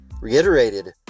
reiterated